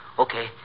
Okay